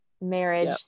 marriage